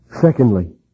Secondly